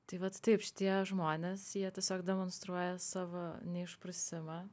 tai vat taip šitie žmonės jie tiesiog demonstruoja savo neišprusimą